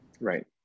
Right